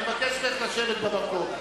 אני מבקש ממך לשבת במקום.